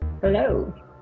Hello